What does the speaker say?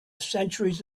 centuries